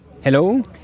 Hello